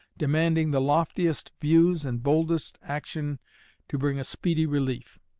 demanding the loftiest views and boldest action to bring a speedy relief.